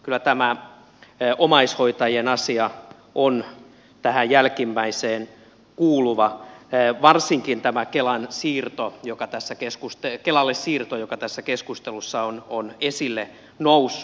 kyllä tämä omaishoitajien asia on tähän jälkimmäiseen kuuluva varsinkin tämä kelan siirtoa joka tässä keskuste kelalle siirto joka tässä keskustelussa on esille noussut